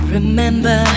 Remember